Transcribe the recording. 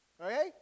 okay